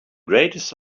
greatest